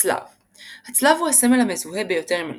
צלב – הצלב הוא הסמל המזוהה ביותר עם הנצרות,